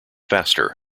faster